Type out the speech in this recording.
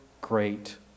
great